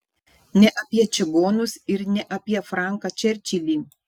ne apie čigonus ir ne apie franką čerčilį